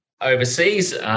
overseas